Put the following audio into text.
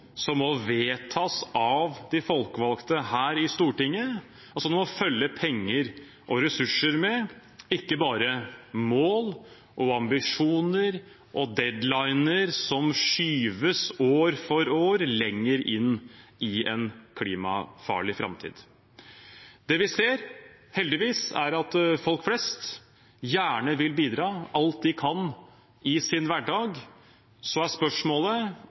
som må vedtas av de folkevalgte her i Stortinget. Og det må følge penger og ressurser med, ikke bare mål, ambisjoner og deadliner som skyves år for år, lenger inn i en klimafarlig framtid. Det vi ser, heldigvis, er at folk flest gjerne vil bidra alt de kan i sin hverdag. Så er spørsmålet